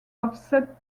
offset